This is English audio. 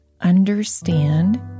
understand